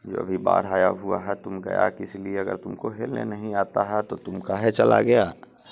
जे अभी बाढ़ आया हुआ है तुम गया किसलिये अगर तुमको हेलने नहीं आता है तो तुम काहे चला गया